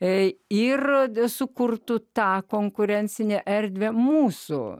jei ir sukurtų tą konkurencinę erdvę mūsų